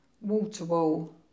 wall-to-wall